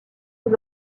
des